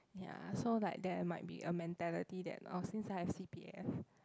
ya so like there might be a mentality that oh since I have c_p_f